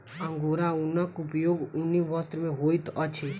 angora ऊनक उपयोग ऊनी वस्त्र में होइत अछि